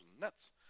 nuts